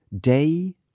Day